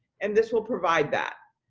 and this will provide that.